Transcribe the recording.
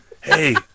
hey